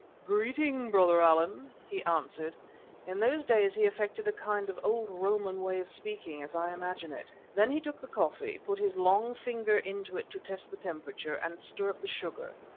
greeting, brother allan, he answered in those days he affected a kind of old roman way of speaking, as i imagine it. then he took the coffee, put his long finger into it to test the temperature and stir up the sugar,